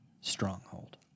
stronghold